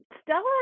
Stella